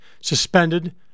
suspended